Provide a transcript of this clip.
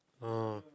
ah